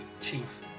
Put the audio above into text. chief